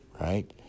right